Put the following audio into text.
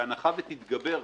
בהנחה שתתגבר,